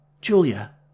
Julia